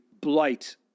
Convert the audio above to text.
blight